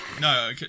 No